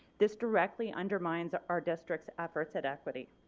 this directly undermines ah our district's efforts at equity.